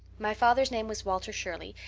my father's name was walter shirley,